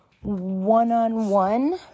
one-on-one